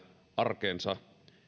arkeensa